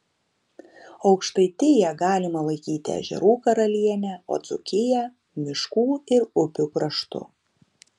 aukštaitiją galima laikyti ežerų karaliene o dzūkiją miškų ir upių kraštu